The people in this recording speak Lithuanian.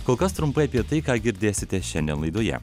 kol kas trumpai apie tai ką girdėsite šiandien laidoje